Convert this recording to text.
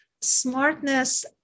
smartness